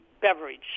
beverage